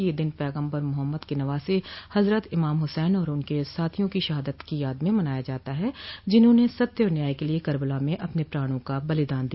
यह दिन पैगंबर मोहम्मद के नवासे हजरत इमाम हुसैन और उनके साथियों की शहादत की याद में मनाया जाता है जिन्होंने सत्य और न्याय के लिए कर्बला में अपने प्राणों का बलिदान दिया